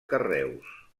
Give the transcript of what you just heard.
carreus